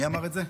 מי אמר את זה?